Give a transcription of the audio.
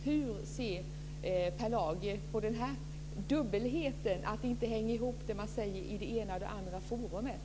Hur ser Per Lager på dubbelheten, att det man säger inte hänger ihop i det ena eller andra forumet?